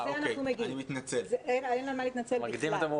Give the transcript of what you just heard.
דואג גם לריחוק הזה כי בבתי הספר הילדים